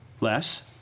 less